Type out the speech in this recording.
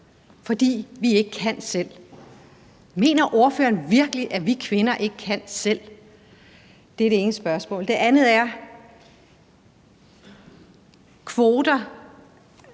fordi vi ikke kan selv. Mener ordføreren virkelig, at kvinder ikke kan selv? Det var det ene spørgsmål. Det andet spørgsmål er